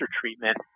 treatment